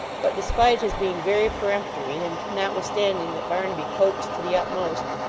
but despite his being very peremptory, and notwithstanding that barnaby coaxed to the utmost,